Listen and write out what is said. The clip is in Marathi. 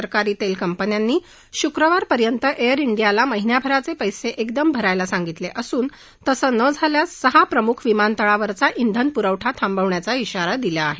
सरकारी तेल कंपन्यांनी शुक्रवारपर्यंत एअर डियाला महिन्याभराचं पैसे एकदम भरायला सांगितले असून तसं न झाल्यास सहा प्रमुख विमान तळावरचा ब्रिन पुरवठा थांबवण्याचा ब्राारा दिला आहे